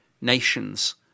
nations